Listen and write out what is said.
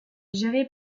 gérée